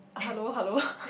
hello hello